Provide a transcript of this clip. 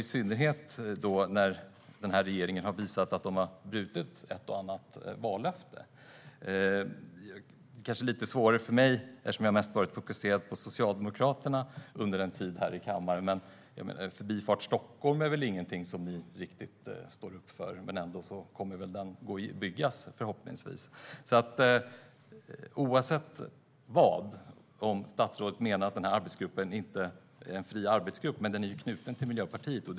Det gäller i synnerhet eftersom regeringen har brutit ett och annat vallöfte. Det är kanske är lite svårare för mig att säga något eftersom jag mest har varit fokuserad på Socialdemokraterna under en tid här i kammaren. Förbifart Stockholm är väl inte något som ni riktigt står upp för. Men den kommer ändå förhoppningsvis att byggas. Oavsett om statsrådet menar att arbetsgruppen är en fri arbetsgrupp är den knuten till Miljöpartiet.